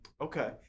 Okay